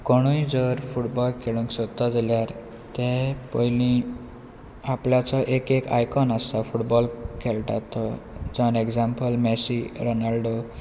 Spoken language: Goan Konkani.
कोणूय जर फुटबॉल खेळूंक सोदता जाल्यार ते पयली आपल्याचो एक आयकॉन आसता फुटबॉल खेळटा तो जावन एग्जाम्पल मॅस्सी रॉनाल्डो